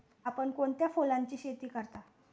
आपण कोणत्या फुलांची शेती करता?